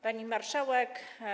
Pani Marszałek!